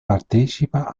partecipa